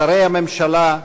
שרי הממשלה,